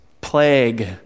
plague